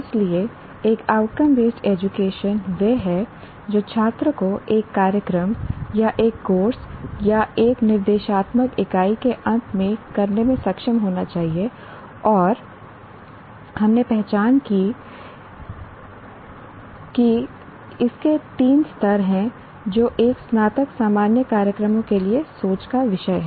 इसलिए एक outcome based education वह है जो छात्र को एक कार्यक्रम या एक कोर्स या एक निर्देशात्मक इकाई के अंत में करने में सक्षम होना चाहिए और हमने पहचान की कि के 3 स्तर हैं जो एक स्नातक सामान्य कार्यक्रमों के लिए सोच का विषय हैं